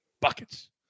Buckets